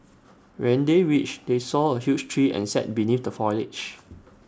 when they reached they saw A huge tree and sat beneath the foliage